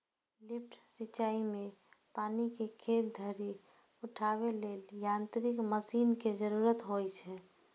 lift सिंचाइ मे पानि कें खेत धरि उठाबै लेल यांत्रिक मशीन के जरूरत होइ छै